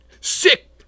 sick